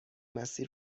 مسیر